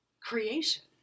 creation